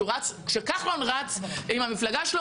כשכחלון רץ עם המפלגה שלו,